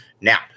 Now